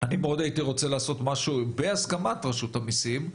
אני מאוד הייתי רוצה לעשות משהו בהסכמת רשות המיסים,